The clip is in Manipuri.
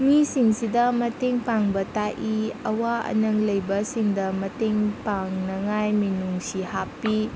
ꯃꯤꯁꯤꯡꯁꯤꯗ ꯃꯇꯦꯡ ꯄꯥꯡꯕ ꯇꯥꯛꯏ ꯑꯋꯥ ꯑꯅꯪ ꯂꯩꯕꯁꯤꯡꯗ ꯃꯇꯦꯡ ꯄꯥꯡꯅꯉꯥꯏ ꯃꯤꯅꯨꯡꯁꯤ ꯍꯥꯞꯄꯤ